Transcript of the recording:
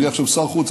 אני עכשיו שר חוץ.